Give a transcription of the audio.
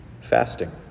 fasting